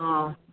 हा